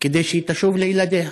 כדי שהיא תשוב לילדיה.